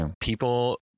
people